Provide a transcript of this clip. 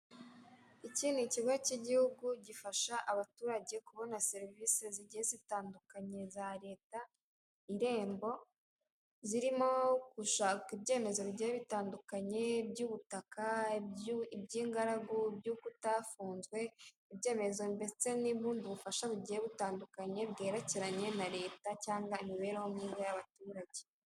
Iki n'ikigo cy'igihugu gifasha abaturage kubona serivise zigiye zitandukanye za Leta "irembo", zirimo gushaka ibyemezo bigiye bitandukanye: iby'ubutaka, iby'ingaragu, by'uko utafunzwe, ibyemezo mbese n'ubundi bufasha bugiye butandukanye bwerekeranye na Leta cyangwa imibereho myiza y'abaturage.